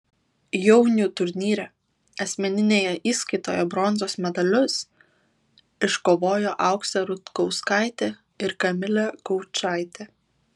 jaunių turnyre asmeninėje įskaitoje bronzos medalius iškovojo auksė rutkauskaitė ir kamilė gaučaitė